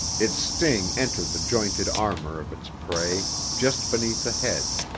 its sting entered the jointed armor of its prey, just beneath the head.